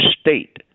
state